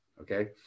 okay